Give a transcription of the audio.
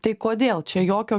tai kodėl čia jokio